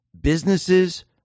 businesses